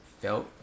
felt